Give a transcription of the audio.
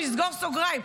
נסגור סוגריים,